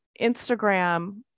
Instagram